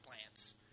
plants